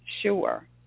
sure